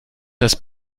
das